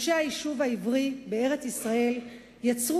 מחדשי היישוב העברי בארץ-ישראל יצרו